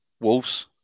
Wolves